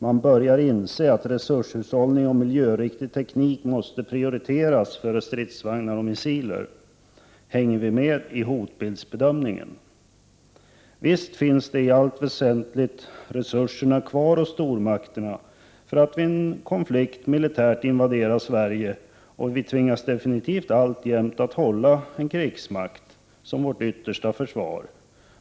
De börjar inse att resurshushållning och miljöriktig teknik måste prioriteras framför stridsvagnar och missiler. Hänger vi med i hotbildsbedömningen? Visst finns resurserna i allt väsentligt kvar hos stormakterna för att vid en konflikt militärt invadera Sverige, och vi i Sverige tvingas definitivt alltjämt att hålla en krigsmakt som vårt yttersta försvar.